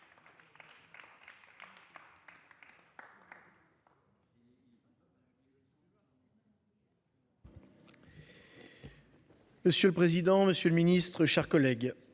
Monsieur le président. Monsieur le Ministre, chers collègues,